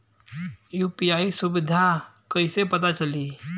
UPI सुबिधा कइसे पता चली?